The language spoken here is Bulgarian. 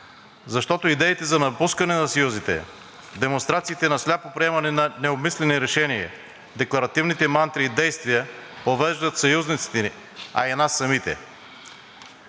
Защото идеите за напускане на съюзите, демонстрациите на сляпо приемане на необмислени решения, декларативните мантри и действия подвеждат съюзниците ни, а и нас самите.